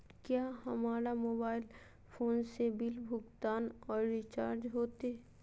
क्या हमारा mobile phone से बिल भुगतान और रिचार्ज होते?